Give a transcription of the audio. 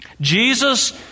Jesus